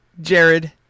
Jared